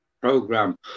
program